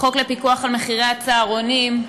חוק לפיקוח על מחירי הצהרונים.